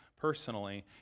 personally